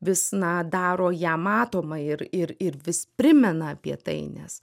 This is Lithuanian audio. vis na daro ją matomą ir ir ir vis primena apie tai nes